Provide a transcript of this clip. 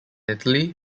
italy